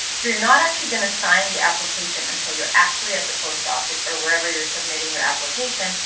you're you're not actually going to sign the application until you're actually at the post office, or wherever you're submitting your application,